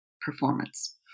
performance